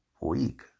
week